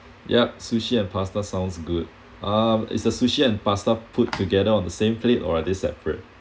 yup sushi and pasta sounds good um is the sushi and pasta put together on the same plate or are they separate